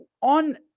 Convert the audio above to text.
on